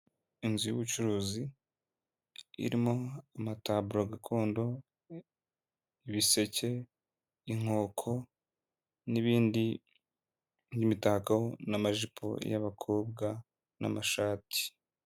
Inzu y'ubucuruzi irimo amataburo gakondo, ibiseke, inkoko, n'ibindi nk'imitako, n'amajipo y'abakobwa n'amashati.